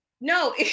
No